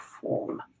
form